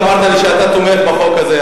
ואמרת לי שאתה תומך בחוק הזה.